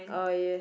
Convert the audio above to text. oh yes